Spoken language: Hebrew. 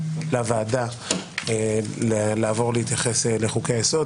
המשפטי לוועדה להתייחס לחוקי היסוד.